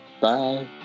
Bye